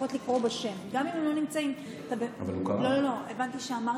גם אם הם לא נמצאים, אוקיי.